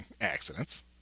accidents